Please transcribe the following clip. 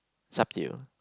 is up to you